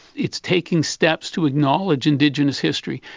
it's taking steps to acknowledge indigenous history,